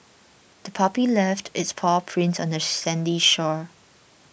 the puppy left its paw prints on the sandy shore